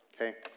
Okay